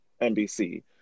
NBC